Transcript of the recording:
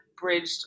bridged